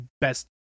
best